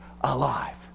alive